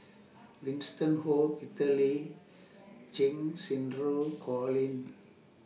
Winston Oh Peter Lee Cheng Xinru Colin